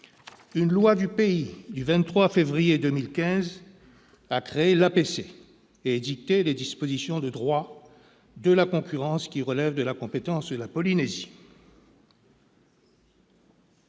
Une loi du pays du 23 février 2015 a créé l'APC et édicté les dispositions de droit de la concurrence qui relèvent de la compétence de la Polynésie.